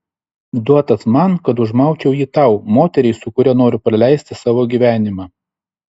duotas man kad užmaučiau jį tau moteriai su kuria noriu praleisti savo gyvenimą